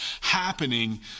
happening